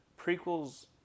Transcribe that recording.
prequels